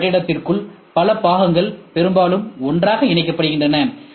M கட்டிடத்திற்குள் பல பாகங்கள் பெரும்பாலும் ஒன்றாக இணைக்கப்படுகின்றன